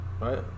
right